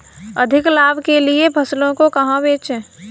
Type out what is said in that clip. अधिक लाभ के लिए फसलों को कहाँ बेचें?